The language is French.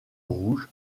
rouge